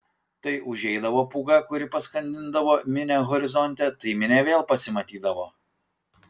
tai užeidavo pūga kuri paskandindavo minią horizonte tai minia vėl pasimatydavo